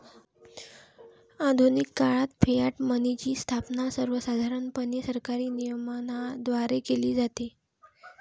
आधुनिक काळात फियाट मनीची स्थापना सर्वसाधारणपणे सरकारी नियमनाद्वारे केली जाते